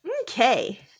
Okay